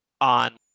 on